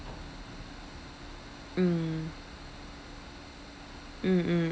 mm mm mm